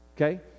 Okay